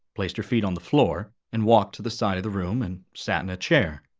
placed her feet on the floor and walked to the side of the room and sat in a chair.